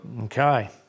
Okay